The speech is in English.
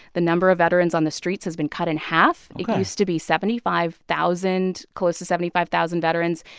the number of veterans on the streets has been cut in half ok it used to be seventy five thousand close to seventy five thousand veterans.